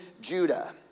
Judah